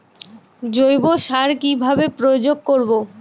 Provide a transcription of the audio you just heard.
জৈব সার কি ভাবে প্রয়োগ করব?